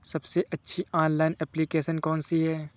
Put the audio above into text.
सबसे अच्छी online application कौन सी है?